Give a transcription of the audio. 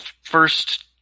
first